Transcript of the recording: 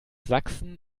sachsen